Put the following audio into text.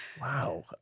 Wow